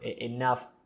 enough